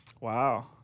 Wow